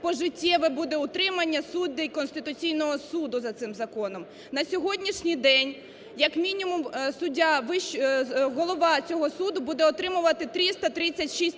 пожиттєве буде утримання суддів Конституційного Суду за цим законом. На сьогоднішній день як мінімум суддя вищого… голова цього суду буде отримувати 336